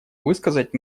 высказать